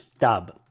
dub